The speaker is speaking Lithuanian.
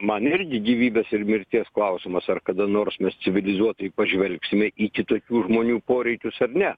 man irgi gyvybės ir mirties klausimas ar kada nors mes civilizuotai pažvelgsime į kitokių žmonių poreikius ar ne